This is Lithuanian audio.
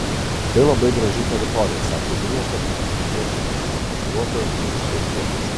tai labai graži teritorija sakė vilniaus arkivyskupijos ekonomo pavaduotojas dainius juozėnas